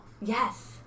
Yes